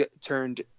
turned